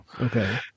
Okay